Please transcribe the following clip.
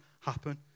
happen